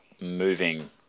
moving